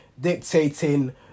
Dictating